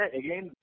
again